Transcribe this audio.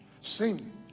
sing